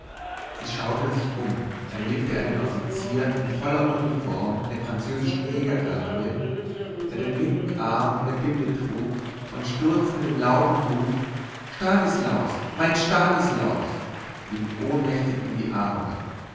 sie schaute um sich erblickte einen offizier in voller uniform der französischen jägergarde der den linken arm in der binde trug und stürzte mit dem lauten ruf stanislaus mein stanislaus ihm ohnmächtig in die arme